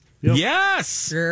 Yes